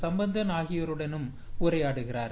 சம்பந்தன் ஆகியோருடன் உரையாடுகிறார்